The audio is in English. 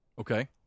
Okay